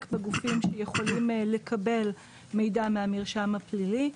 בגופים שיכולים לקבל מידע מהמרשם הפלילי,